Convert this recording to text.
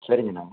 சரிங்கண்ணா